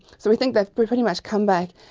so we think they've pretty much come back,